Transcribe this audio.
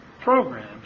programs